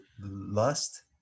lust